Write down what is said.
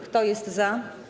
Kto jest za?